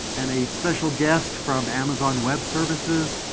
and a special guest from amazon web services,